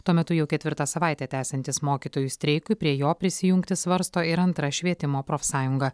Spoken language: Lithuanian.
tuo metu jau ketvirtą savaitę tęsiantis mokytojų streikui prie jo prisijungti svarsto ir antra švietimo profsąjunga